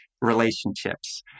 relationships